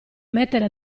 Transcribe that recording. mettere